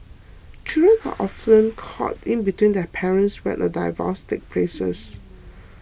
children are often caught in between their parents when a divorce takes place